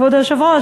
כבוד היושב-ראש,